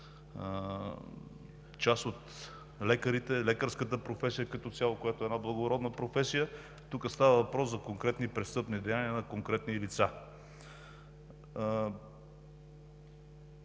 част от лекарите, лекарската професия като цяло, която е една благородна професия. Тук става въпрос за конкретни престъпни деяния на конкретни лица.